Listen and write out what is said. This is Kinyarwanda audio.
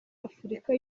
afurika